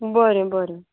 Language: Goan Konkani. बरें बरें